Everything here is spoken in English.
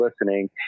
listening